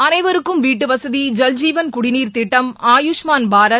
அனைவருக்கும் வீட்டுவீசதி ஜல்ஜீவன் குடிநீர் திட்டம் ஆயுஷ்மான் பாரத்